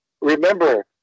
remember